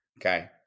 Okay